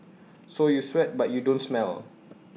so you sweat but you don't smell